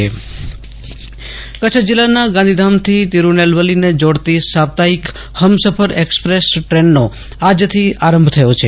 Ashutosh Antani Kutch Humsafar express Kutch જિલ્લાના ગાંધીધામથી તિરૂનેલવેલીને જોડતી સાપ્તાહિક હમસફર એક્સપ્રેસ ટ્રેનનો આજથી આરંભ થયો છે